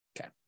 Okay